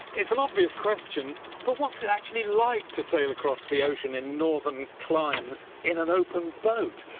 it's an obvious question but what's it actually like to sail across the ocean in northern climes in an open boat?